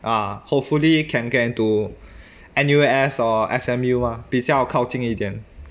uh hopefully can get into N_U_S or S_M_U mah 比较靠近一点